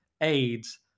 AIDS